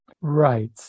Right